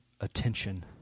attention